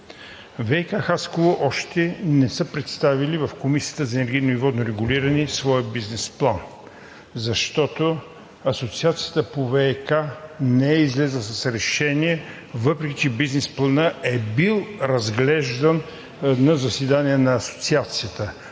ВиК – Хасково още не са представили в Комисията за енергийно и водно регулиране своя бизнес план, защото Асоциацията по ВиК не е излязла с решение, въпреки че бизнес планът е бил разглеждан на заседание на Асоциацията.